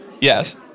Yes